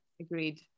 agreed